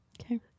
Okay